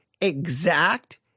exact